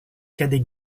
cadet